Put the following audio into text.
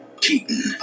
Keaton